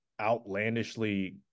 outlandishly